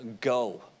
go